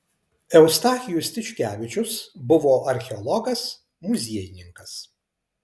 eustachijus tiškevičius buvo archeologas muziejininkas